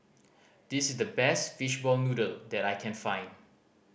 this is the best fishball noodle that I can find